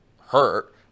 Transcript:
hurt